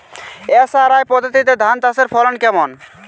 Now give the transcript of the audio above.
SRI পদ্ধতিতে ধান চাষের ফলন কেমন?